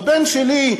הבן שלי,